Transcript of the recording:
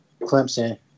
Clemson